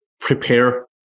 prepare